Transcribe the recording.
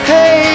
Hey